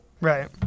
Right